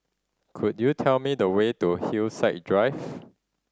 could you tell me the way to Hillside Drive